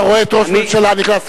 אתה רואה את ראש הממשלה נכנס.